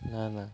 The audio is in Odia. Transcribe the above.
ନା ନା